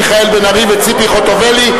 מיכאל בן-ארי וציפי חוטובלי,